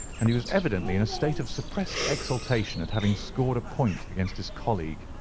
and he was evidently in a state of suppressed exultation at having scored a point against his colleague.